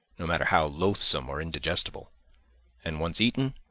no matter how loathsome or indigestible and, once eaten,